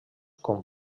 com